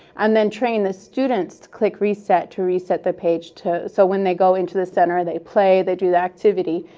and then train the students to click reset to reset the page so when they go into the center, they play, they do the activity,